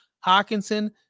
Hawkinson